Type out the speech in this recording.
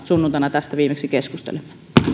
sunnuntaina tästä viimeksi keskustelimme